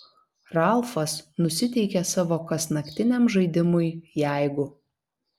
ralfas nusiteikė savo kasnaktiniam žaidimui jeigu